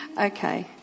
okay